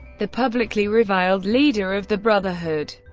the publicly reviled leader of the brotherhood.